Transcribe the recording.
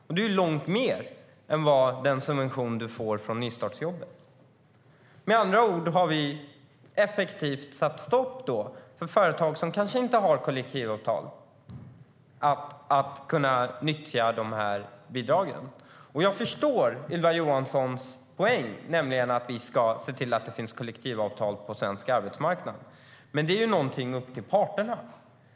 Det är långt mer än den subvention man får från nystartsjobben. Med andra ord har vi då effektivt satt stopp för företag som kanske inte har kollektivavtal att kunna nyttja de här bidragen. Jag förstår Ylva Johanssons poäng, nämligen att vi ska se till att det finns kollektivtal på svensk arbetsmarknad. Men det är ju någonting som är upp till parterna.